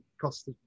cost